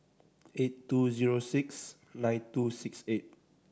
eight two zero six nine two six eight